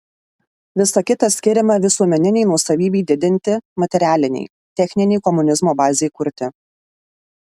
visa kita skiriama visuomeninei nuosavybei didinti materialinei techninei komunizmo bazei kurti